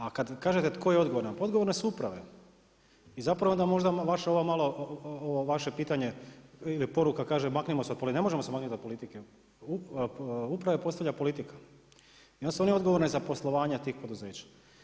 A kad kažete tko je odgovoran, pa odgovorne su uprave, i zapravo onda možda ovo vaše pitanje ili poruka, kaže maknimo se politike, ne možemo se maknuti od politike, upravu postavlja politika i onda su oni odgovorni za poslovanje tih poduzeća.